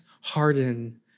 harden